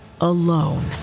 alone